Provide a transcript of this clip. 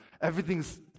everything's